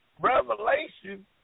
Revelation